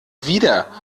wieder